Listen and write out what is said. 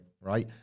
Right